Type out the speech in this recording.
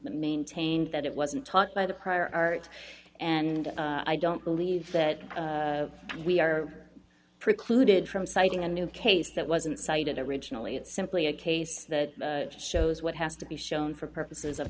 maintained that it wasn't taught by the prior art and i don't believe that we are precluded from citing a new case that wasn't cited originally it's simply a case that shows what has to be shown for purposes of